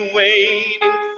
waiting